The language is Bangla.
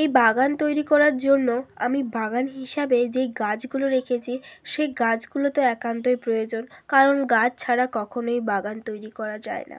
এই বাগান তৈরি করার জন্য আমি বাগান হিসাবে যেই গাছগুলো রেখেছি সেই গাছগুলো তো একান্তই প্রয়োজন কারণ গাছ ছাড়া কখনোই বাগান তৈরি করা যায় না